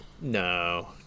No